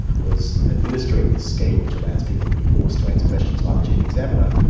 was administering this scheme, which allows people to be forced to answer questions by the chief examiner,